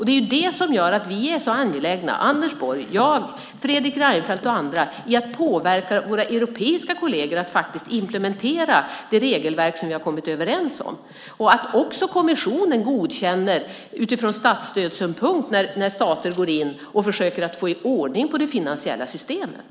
Det är därför vi - Anders Borg, jag, Fredrik Reinfeldt och andra - är så angelägna om att påverka våra europeiska kolleger till att faktiskt implementera det regelverk som vi kommit överens om samt att också kommissionen utifrån statsstödssynpunkt godkänner att stater går in och försöker få ordning på det finansiella systemet.